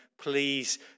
Please